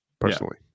personally